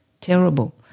terrible